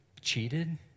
cheated